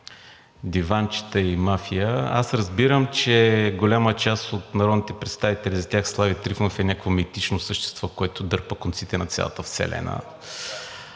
диванчета и за мафия. Аз разбирам, че за голяма част от народните представители Слави Трифонов е някакво митично същество, което дърпа конците на цялата Вселена,